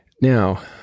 Now